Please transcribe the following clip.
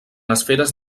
esferes